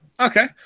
okay